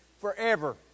forever